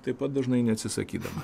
taip pat dažnai neatsisakydama